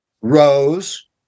Rose